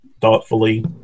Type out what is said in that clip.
thoughtfully